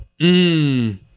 Mmm